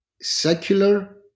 secular